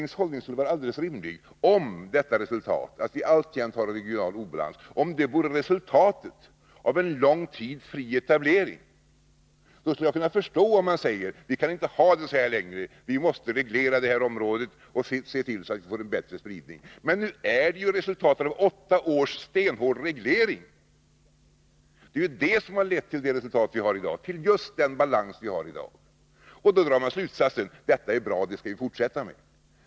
Hans hållning skulle vara alldeles rimlig om det faktum att vi alltjämt har en regional obalans vore resultatet av en lång tids fri etablering. Då skulle jag kunna förstå om man säger att vi inte kan ha det på detta sätt längre, att vi måste reglera detta område och se till att vi får en bättre spridning av tandläkarna. Men nu är ju den regionala obalansen resultatet av åtta års stenhård reglering. Det är ju detta som har lett till det resultat vi har i dag, till just den obalans vi har i dag. Då drar Sven Aspling slutsatsen att detta är bra, och det skall man fortsätta med.